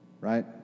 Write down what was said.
right